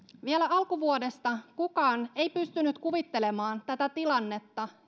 vielä alkuvuodesta kukaan ei pystynyt kuvittelemaan tätä tilannetta